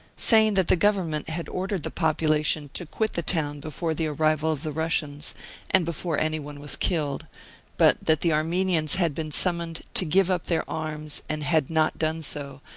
saying that the govern ment had ordered the population to quit the town before the arrival of the russians and before any one was killed but that the armenians had been summoned to give up their arms and had not done so,